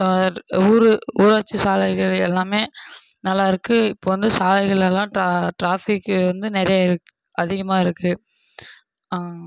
ஊரு ஊராட்சி சாலைகள் எல்லாமே நல்லாயிருக்குது இப்போது வந்து சாலைகளெல்லாம் ட்ரா ட்ராஃபிக்கு வந்து நிறையா இருக்குது அதிகமாக இருக்குது